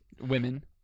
women